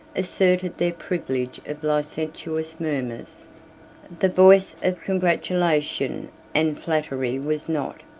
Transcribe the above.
asserted their privilege of licentious murmurs. the voice of congratulation and flattery was not,